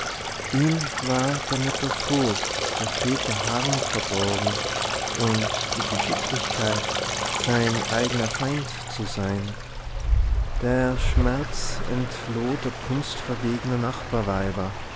ihm war der mutter furcht der väter harm verborgen und die geschicklichkeit sein eigner feind zu sein der schmerz entloh der kunst verwegner